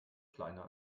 kleiner